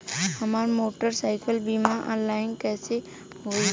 हमार मोटर साईकीलके बीमा ऑनलाइन कैसे होई?